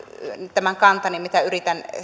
tämän kantani mitä yritän